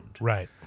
Right